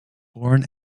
born